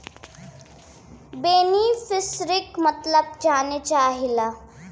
बेनिफिसरीक मतलब जाने चाहीला?